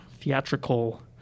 theatrical